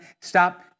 Stop